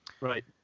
Right